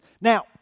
Now